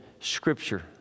Scripture